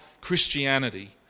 Christianity